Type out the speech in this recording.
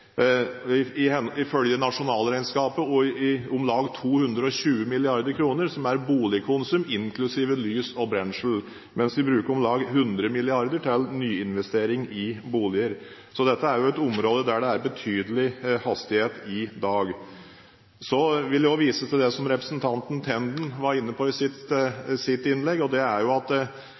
Ifølge nasjonalregnskapet er om lag 220 mrd. kr boligkonsum, inklusiv lys og brensel, mens vi bruker om lag 100 mrd. kr til nyinvesteringer i boliger. Så dette er et område der det er betydelig hastighet i dag. Så vil jeg også vise til det som representanten Tenden var inne på i sitt innlegg. Vi har opplevd – og opplever, selv om det